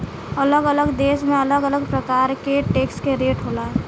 अलग अलग देश में अलग अलग प्रकार के टैक्स के रेट होला